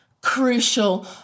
crucial